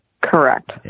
Correct